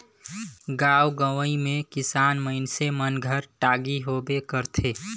गाँव गंवई मे किसान मइनसे मन घर टागी होबे करथे